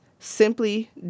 Simply